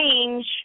change